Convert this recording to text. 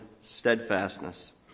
steadfastness